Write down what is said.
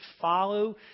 follow